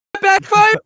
backfire